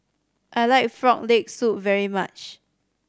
I like Frog Leg Soup very much